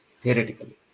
theoretically